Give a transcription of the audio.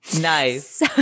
Nice